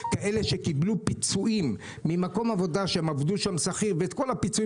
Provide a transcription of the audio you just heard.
כאלה שקיבלו פיצויים ממקום עבודה שעבדו כשכירים ואת כל הפיצויים